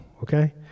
okay